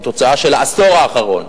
היא תוצאה של העשור האחרון,